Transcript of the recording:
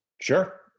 Sure